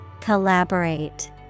Collaborate